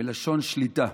מלשון שליטה,